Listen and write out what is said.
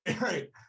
Right